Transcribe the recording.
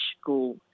school